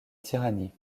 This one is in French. tyrannie